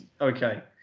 okay